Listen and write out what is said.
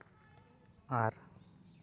ᱟᱨ